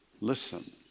Listen